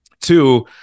Two